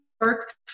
work